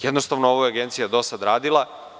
Jednostavno ova Agencija je do sada radila.